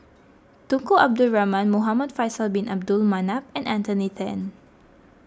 Tunku Abdul Rahman Muhamad Faisal Bin Abdul Manap and Anthony then